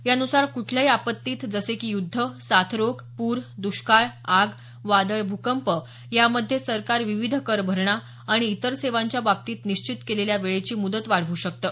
यानुसार कुठल्याही आपत्तीत जसे की युद्ध साथ रोग पूर दुष्काळ आग वादळ भूकंप यामध्ये सरकार विविध कर भरणा आणि इतर सेवांच्या बाबतीत निश्चित केलेल्या वेळेची मुदत वाढवू शकतं